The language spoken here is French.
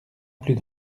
plus